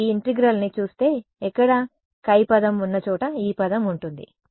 మీరు ఈ ఇంటిగ్రల్ని చూస్తే ఎక్కడ χ పదం ఉన్న చోట E పదం ఉంటుంది